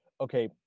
Okay